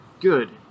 Good